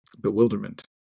bewilderment